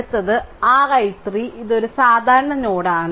അടുത്തത് r i3 ഇതൊരു സാധാരണ നോഡാണ്